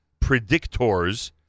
predictors